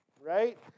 right